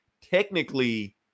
technically